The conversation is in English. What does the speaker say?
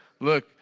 Look